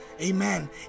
Amen